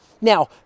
Now